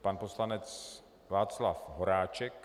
Pan poslanec Václav Horáček.